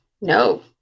no